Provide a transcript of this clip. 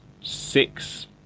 six